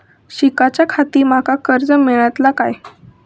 शिकाच्याखाती माका कर्ज मेलतळा काय?